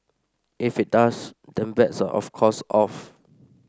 if it does then bets are of course off